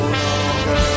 longer